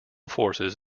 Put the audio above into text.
forces